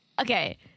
okay